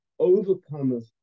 overcomers